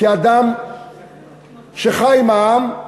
כאדם שחי עם העם,